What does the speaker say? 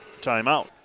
timeout